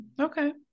Okay